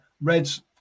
Reds